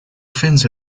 fins